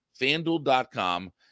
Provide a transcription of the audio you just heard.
FanDuel.com